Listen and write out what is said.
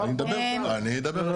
4,200. אני אדבר עליו.